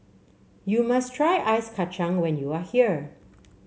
you must try Ice Kacang when you are here